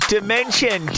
Dimension